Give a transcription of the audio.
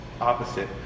opposite